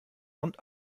und